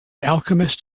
alchemist